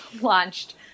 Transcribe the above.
launched